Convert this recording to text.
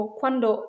quando